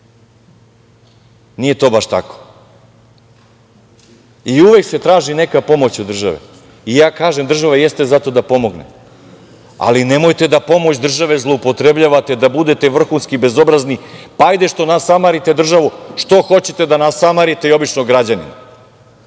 Nije to baš tako. Uvek se traži neka pomoć od države. Ja kažem, država jeste za to da pomogne, ali nemojte da pomoć države zloupotrebljavate da budete vrhunski bezobrazni. Hajde što nasamarite državi, što hoćete da nasamarite i običnog građanina?